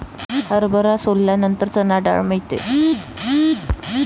हरभरा सोलल्यानंतर चणा डाळ मिळते